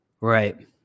Right